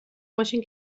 ماشین